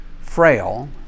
frail